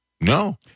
No